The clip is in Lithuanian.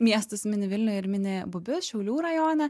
miestus mini vilnių ir mini bubius šiaulių rajone